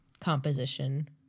composition